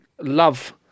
love